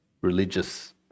religious